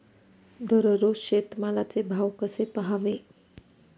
दररोज शेतमालाचे भाव कसे पहावे?